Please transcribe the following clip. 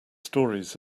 stories